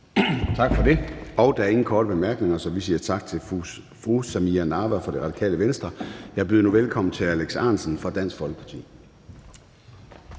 Tak for det. Der er ingen korte bemærkninger, så vi siger tak til fru Samira Nawa fra Radikale Venstre. Jeg byder nu velkommen til hr. Alex Ahrendtsen fra Dansk Folkeparti.